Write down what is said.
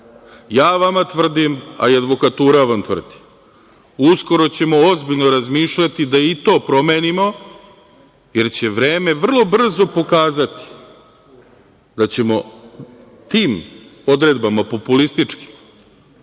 Ja vama tvrdim, a i advokatura vam tvrdi, uskoro ćemo ozbiljno razmišljati da i to promenimo, jer će vreme vrlo brzo pokazati da ćemo tim odredbama populističkim